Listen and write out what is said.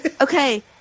Okay